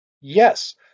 Yes